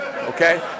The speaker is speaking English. okay